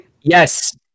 Yes